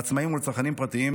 לעצמאים ולצרכנים פרטיים.